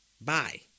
Bye